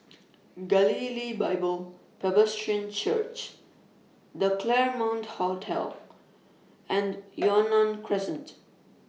Galilee Bible Presbyterian Church The Claremont Hotel and Yunnan Crescent